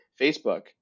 Facebook